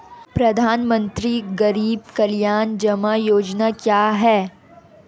प्रधानमंत्री गरीब कल्याण जमा योजना क्या है?